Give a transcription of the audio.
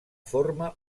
forma